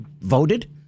voted